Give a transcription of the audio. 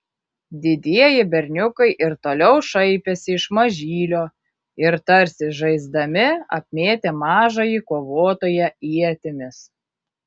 didieji berniukai ir toliau šaipėsi iš mažylio ir tarsi žaisdami apmėtė mažąjį kovotoją ietimis